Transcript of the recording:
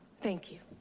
thank you.